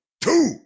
two